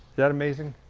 that amazing?